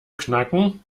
knacken